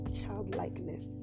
childlikeness